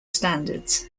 standards